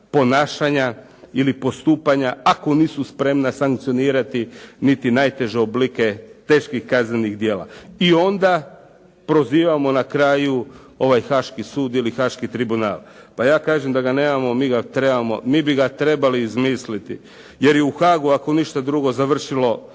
ponašanja ili postupanja, ako nisu spremna sankcionirati niti najteže oblike teških kaznenih djela. I onda prozivamo na kraju ovaj Haški sud ili Haški tribunal. Pa ja kažem da ga nemamo. Mi bi ga trebali izmisliti jer je u Haagu, ako ništa drugo, završilo